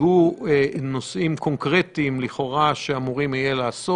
הוצגו נושאים קונקרטיים לכאורה שאמורים להיעשות.